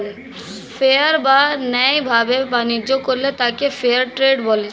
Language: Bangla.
ফেয়ার বা ন্যায় ভাবে বাণিজ্য করলে তাকে ফেয়ার ট্রেড বলে